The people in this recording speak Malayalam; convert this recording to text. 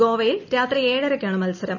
ഗോവയിൽ രാത്രി ഏഴരയ്ക്കാണ് മത്സരം